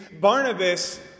Barnabas